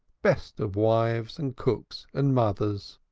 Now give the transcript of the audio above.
best of wives, and cooks, and mothers